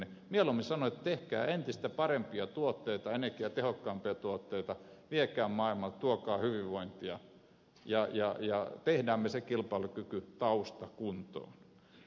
mieluummin sanon että tehkää entistä parempia tuotteita energiatehokkaampia tuotteita viekää maailmalle tuokaa hyvinvointia ja tehdään se kilpailukykytausta kuntoon